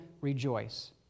rejoice